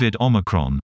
Omicron